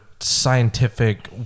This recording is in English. scientific